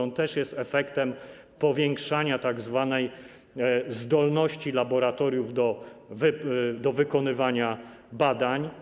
On jest też efektem powiększania tzw. zdolności laboratoriów do wykonywania badań.